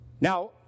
Now